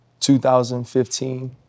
2015